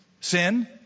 sin